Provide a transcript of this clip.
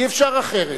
אי-אפשר אחרת.